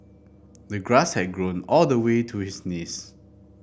the grass had grown all the way to his knees